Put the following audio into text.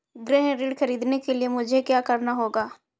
गृह ऋण ख़रीदने के लिए मुझे क्या करना होगा?